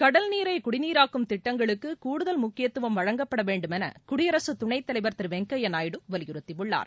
கடல்நீரை குடிநீராக்கும் திட்டங்களுக்கு கூடுதல் முக்கியத்துவம் வழங்கப்பட வேண்டும் என குடியரசு துணைத்தலைவர் திரு வெங்கையா நாயுடு வலியுறுத்தியுள்ளார்